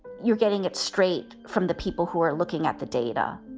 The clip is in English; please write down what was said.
you're getting it straight from the people who are looking at the data